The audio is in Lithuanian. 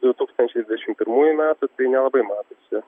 du tūkstančiai dvidešim pirmųjų metų tai nelabai matosi